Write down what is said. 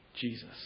Jesus